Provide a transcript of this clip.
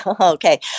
Okay